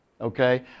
Okay